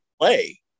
play